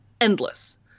endless